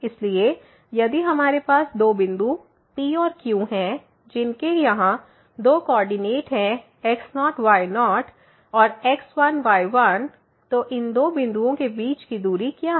इसलिए यदि हमारे पास दो बिंदु P और Q हैं जिनके यहां दो कोऑर्डिनेट हैं x0 y0 और x1 y1 तो इन दो बिंदुओं के बीच की दूरी क्या है